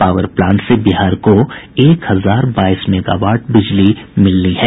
power plant से बिहार को एक हजार बाईस मेगावाट बिजली मिलनी है